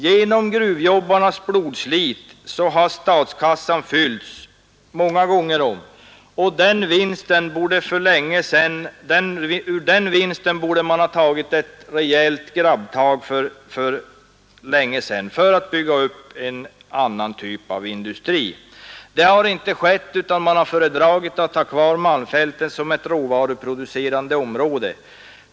Genom gruvjobbarnas blodslit har statskassan fyllts många gånger om, och ur den vinsten borde man för länge sedan ha tagit ett rejält grabbtag för att bygga upp en annan typ av industri. Det har inte skett, utan man har föredragit att ha kvar Malmfälten som ett råvaruproducerande område.